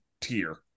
tier